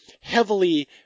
heavily